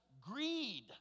greed